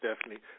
stephanie